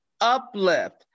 uplift